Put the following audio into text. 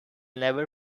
never